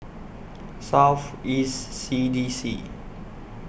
South East C D C